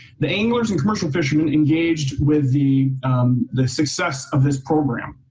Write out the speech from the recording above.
the anglers and commercial fishermen engaged with the the success of this program.